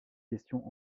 question